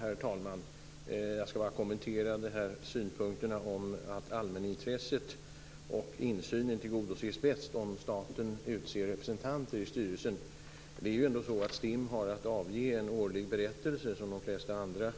Herr talman! Jag skall bara kommentera synpunkten att allmänintresset och insynen tillgodoses bäst, om staten utser representanter i styrelsen. Det är ändå så att STIM liksom de flesta andra